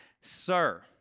Sir